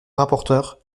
rapporteur